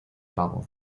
pago